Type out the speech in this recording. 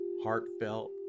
heartfelt